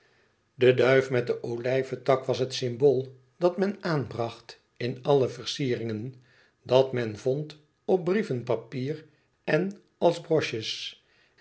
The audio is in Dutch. de duif met de olijve tak was het symbool dat men aanbracht in alle versieringen dat men vond op brievenpapier en als broches